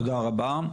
תודה רבה.